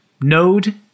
node